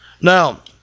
Now